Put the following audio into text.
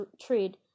trade